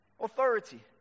authority